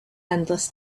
endless